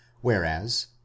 whereas